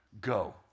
go